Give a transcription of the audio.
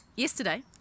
Yesterday